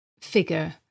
figure